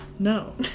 No